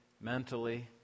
mentally